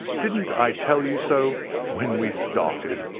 didn't i tell you so when we started?